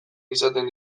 izaten